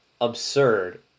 absurd